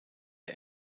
der